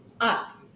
up